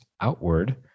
outward